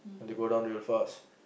and they go down real fast